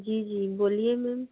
जी जी बोलिए मेम